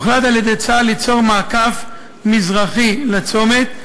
הוחלט בצה"ל ליצור מעקף מזרחי לצומת,